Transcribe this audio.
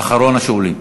אחרון השואלים.